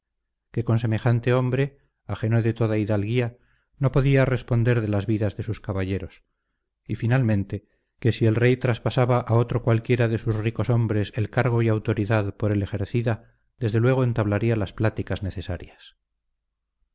que con semejante hombre ajeno de toda hidalguía no podía responder de las vidas de sus caballeros y finalmente que si el rey traspasaba a otro cualquiera de sus ricos hombres el cargo y autoridad por él ejercida desde luego entablaría las pláticas necesarias